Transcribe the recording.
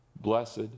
Blessed